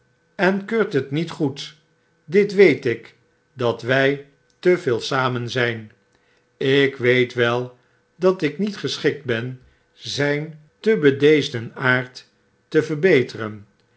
en keurt het niet goed dit weet ik dat wij te veel samen zijn ik weet wel dat ik niet geschikt ben zijn te bedeesden aard te verbeteren